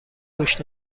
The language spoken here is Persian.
گوش